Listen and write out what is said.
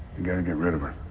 you've got to git rid of her.